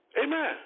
Amen